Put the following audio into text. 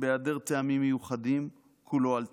בהעדר טעמים מיוחדים, כולו על תנאי.